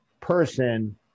person